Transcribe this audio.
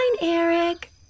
Eric